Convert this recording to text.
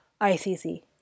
ICC